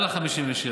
על ה-57,